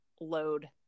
load